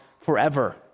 forever